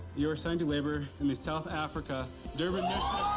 you are so and to labor in the south africa durban mission.